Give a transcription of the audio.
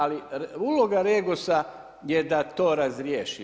Ali uloga REGOS-a je da to razriješi.